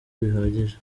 bihagije